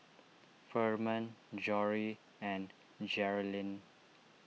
Furman Jory and Jerrilyn